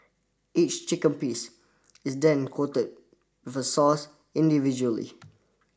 each chicken piece is then coated the sauce individually